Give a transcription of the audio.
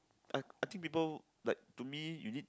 I think people like to me you need